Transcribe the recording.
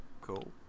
cool